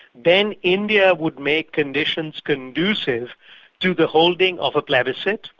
then india would make conditions conducive to the holding of a plebiscite,